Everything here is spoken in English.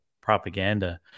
propaganda